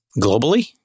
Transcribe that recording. globally